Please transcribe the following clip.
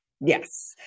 Yes